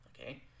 Okay